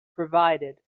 provided